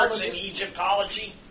Egyptology